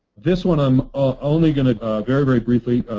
this one i'm only going to very very briefly